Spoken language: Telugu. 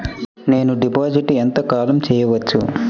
నేను డిపాజిట్ ఎంత కాలం చెయ్యవచ్చు?